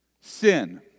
sin